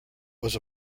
was